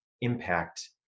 impact